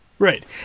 Right